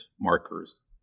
markers